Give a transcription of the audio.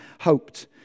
hoped